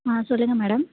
ஆ சொல்லுங்க மேடம்